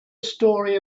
story